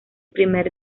primer